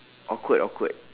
awkward awkward